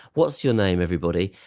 what's your name everybody?